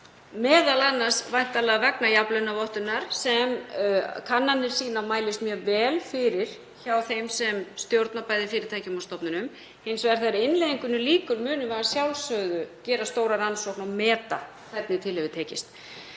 í 13,9%, væntanlega vegna jafnlaunavottunar sem kannanir sýna að mælist mjög vel fyrir hjá þeim sem stjórna bæði fyrirtækjum og stofnunum. Hins vegar þegar innleiðingunni lýkur munum við að sjálfsögðu gera stóra rannsókn og meta hvernig til hefur tekist.